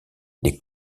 les